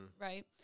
Right